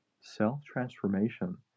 Self-transformation